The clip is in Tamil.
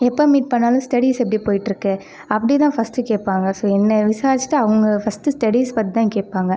எப்போ மீட் பண்ணிணாலும் ஸ்டெடிஸ் எப்படி போயிற்றுக்கு அப்படி தான் ஃபர்ஸ்ட் கேட்பாங்க சோ என்னையை விசாரிச்சிட்டு அவங்க ஃபர்ஸ்ட் ஸ்டெடிஸ் பற்றி தான் கேட்பாங்க